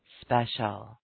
Special